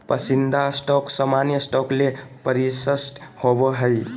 पसंदीदा स्टॉक सामान्य स्टॉक ले वरिष्ठ होबो हइ